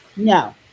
No